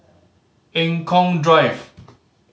Eng Kong Drive